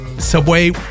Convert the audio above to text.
Subway